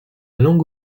langue